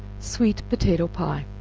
sweet potato pie.